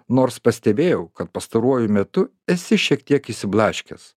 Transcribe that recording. nors pastebėjau kad pastaruoju metu esi šiek tiek išsiblaškęs